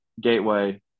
Gateway